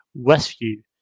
Westview